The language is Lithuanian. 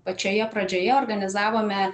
pačioje pradžioje organizavome